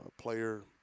player